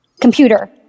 Computer